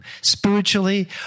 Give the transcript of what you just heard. spiritually